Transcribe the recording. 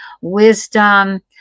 wisdom